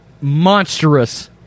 monstrous